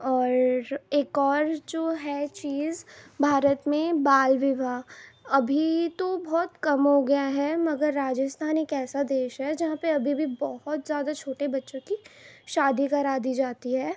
اور ایک اور جو ہے چیز بھارت میں بال وواہ ابھی تو بہت کم ہوگیا ہے مگر راجستھان ایک ایسا دیش ہے جہاں پہ ابھی بھی بہت زیادہ چھوٹے بچوں کی شادی کرا دی جاتی ہے